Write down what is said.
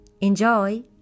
Enjoy